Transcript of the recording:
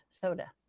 soda